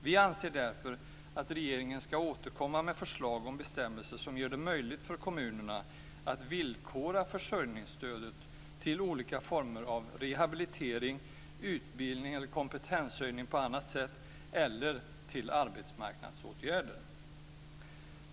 Vi anser därför att regeringen ska återkomma med förslag till bestämmelser som gör det möjligt för kommunerna att villkora försörjningsstödet till olika former av rehabilitering, utbildning eller kompetenshöjning på annat sätt eller till arbetsmarknadsåtgärder.